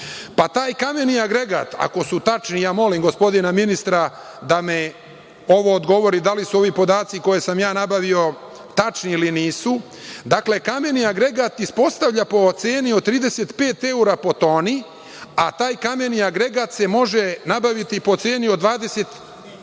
pa taj kameni agregat, ako su tačni, ja molim gospodina ministra da mi ovo odgovori da li su ovi podaci koje sam ja nabavio tačni ili nisu. Dakle, kameni agregat ispostavlja po ceni od 35 evra po kubnom metru kamenog agregata, a taj kameni agregat se može nabaviti po ceni od 21